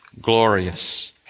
glorious